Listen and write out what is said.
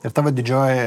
ir tavo didžioji